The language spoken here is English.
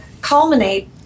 culminate